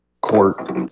Court